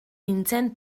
nintzen